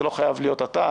זה לא חייב להיות אתה,